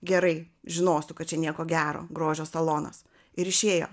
gerai žinosiu kad čia nieko gero grožio salonas ir išėjo